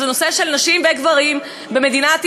זה נושא של נשים וגברים במדינת ישראל.